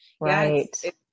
right